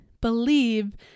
believe